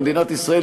במדינת ישראל,